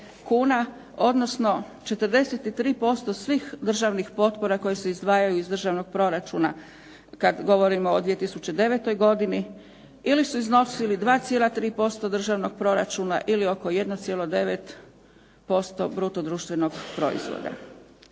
odnosno 43% svih državnih potpora koje se izdvajaju iz državnog proračuna kad govorimo o 2009. godini ili su iznosili 2,3% državnog proračuna ili oko 1,9% bruto društvenog proizvoda.